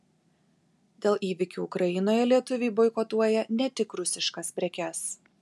dėl įvykių ukrainoje lietuviai boikotuoja ne tik rusiškas prekes